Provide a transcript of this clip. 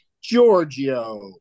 Giorgio